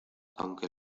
aunque